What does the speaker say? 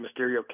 Mysterio